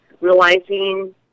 realizing